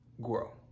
grow